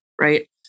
right